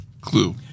Clue